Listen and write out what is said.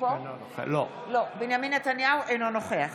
אינו נוכח